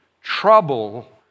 Trouble